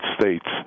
States